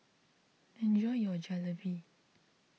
enjoy your Jalebi